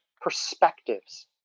perspectives